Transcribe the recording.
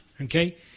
okay